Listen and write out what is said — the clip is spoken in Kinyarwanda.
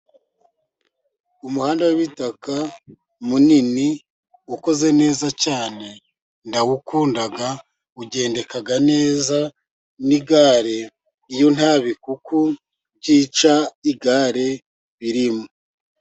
Umuhanda w'ibitaka munini, ukoze neza cyane ndawukunda, ugendeka neza. Nigare iyo nta bikuku byica igare birimo.